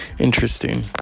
Interesting